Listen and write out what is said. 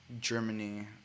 Germany